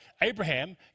Abraham